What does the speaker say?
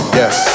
yes